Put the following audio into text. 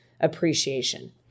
appreciation